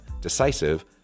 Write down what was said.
decisive